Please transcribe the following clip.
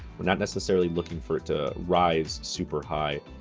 we're not necessarily looking for it to rise super high,